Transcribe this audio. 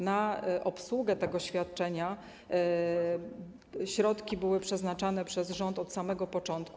Na obsługę tego świadczenia środki były przeznaczane przez rząd od samego początku.